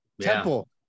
Temple